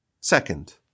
second